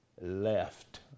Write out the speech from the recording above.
left